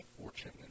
fortune